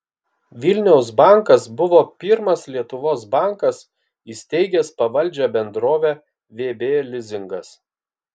vilniaus bankas buvo pirmas lietuvos bankas įsteigęs pavaldžią bendrovę vb lizingas